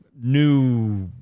new